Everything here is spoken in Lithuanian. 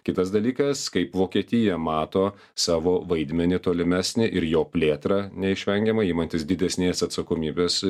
kitas dalykas kaip vokietija mato savo vaidmenį tolimesnį ir jo plėtrą neišvengiamai imantis didesnės atsakomybės